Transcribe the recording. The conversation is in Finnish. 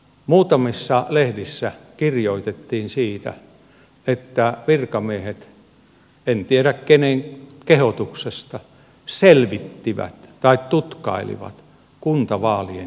muutamissa lehdissä kirjoitettiin siitä että virkamiehet en tiedä kenen kehotuksesta selvittivät tai tutkailivat kuntavaalien siirtämistä